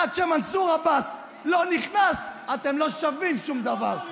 עד שמנסור עבאס לא נכנס, אתם לא שווים שום דבר.